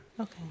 Okay